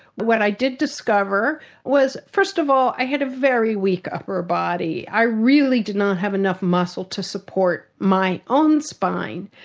what i did discover was first of all i had a very weak upper body. i really did not have enough muscle to support my own spine.